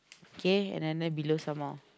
okay and then then below some more